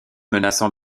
menaçant